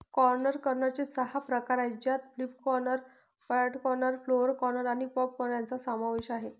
corn कर्नलचे सहा प्रकार आहेत ज्यात flint corn, pod corn, flour corn आणि पॉप कॉर्न यांचा समावेश आहे